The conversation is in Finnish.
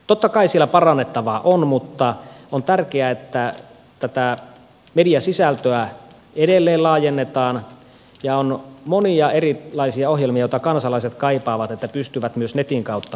totta kai siellä parannettavaa on mutta on tärkeää että tätä mediasisältöä edelleen laajennetaan ja on monia erilaisia ohjelmia joista kansalaiset kaipaavat sitä että pystyvät myös netin kautta käyttämään